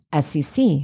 SEC